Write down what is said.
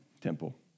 Temple